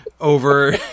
over